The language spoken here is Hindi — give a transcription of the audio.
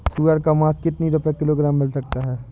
सुअर का मांस कितनी रुपय किलोग्राम मिल सकता है?